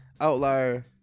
Outlier